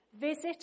Visit